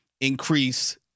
increase